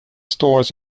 stores